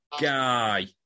guy